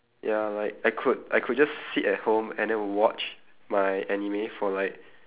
ya like I could I could just sit at home and then watch my anime for like